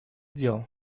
дел